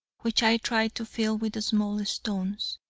which i tried to fill with small stones.